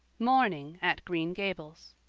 morning at green gables